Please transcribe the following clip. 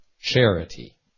charity